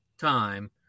time